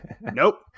nope